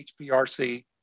HPRC